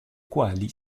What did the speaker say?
quali